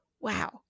wow